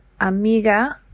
amiga